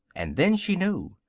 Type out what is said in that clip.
and then she knew.